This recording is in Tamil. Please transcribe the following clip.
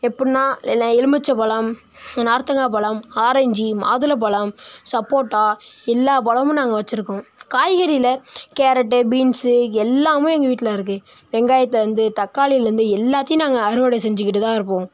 எப்படின்னா லெல எலுமிச்சைபழம் நார்த்தங்காய்பழம் ஆரேஞ்சு மாதுளைபழம் சப்போட்டா எல்லாம் பழமும் நாங்கள் வச்சிருக்கோம் காய்கறியில் கேரட்டு பீன்ஸ் எல்லாம் எங்கள் வீட்டில் இருக்குது வெங்காயத்துலேருந்து தக்காளிலேருந்து எல்லாத்தையும் நாங்கள் அறுவடை செஞ்சிக்கிட்டு தான் இருப்போம்